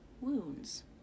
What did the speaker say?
wounds